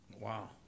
Wow